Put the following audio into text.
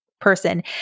person